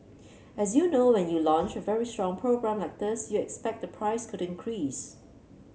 as you know when you launch a very strong program like this you expect the price could increase